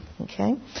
Okay